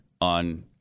on